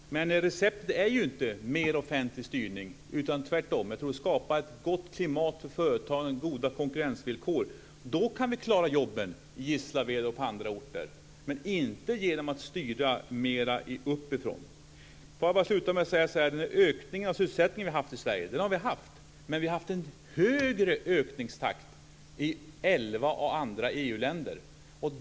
Men receptet är inte mer offentlig styrning. Tvärtom tror jag att det är att skapa ett gott klimat för företagen och goda konkurrensvillkor. Då kan vi klara jobben i Gislaved och på andra orter, men inte genom att styra mera uppifrån. Låt mig bara avsluta med att säga att vi har haft en ökning av sysselsättningen i Sverige, men det har varit en högre ökningstakt i elva av de andra EU länderna.